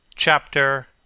Chapter